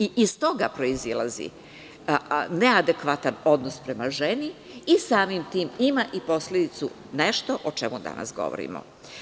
Iz toga proizilazi neadekvatan odnos prema ženi ili samim tim ima i posledicu nešto o čemu danas govorimo.